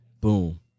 Boom